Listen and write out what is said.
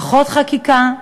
פחות חקיקה,